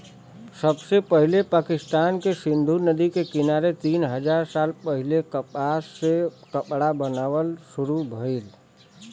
सबसे पहिले पाकिस्तान के सिंधु नदी के किनारे तीन हजार साल पहिले कपास से कपड़ा बनावल शुरू भइल